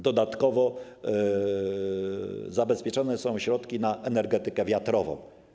Dodatkowo zabezpieczone są środki na energetykę wiatrową.